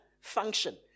function